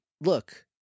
look